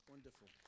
Wonderful